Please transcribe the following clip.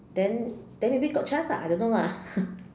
then then maybe got chance ah I don't know lah